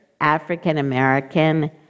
African-American